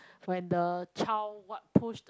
when the child what push the